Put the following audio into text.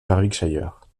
warwickshire